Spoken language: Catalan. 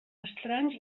estranys